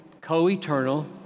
co-eternal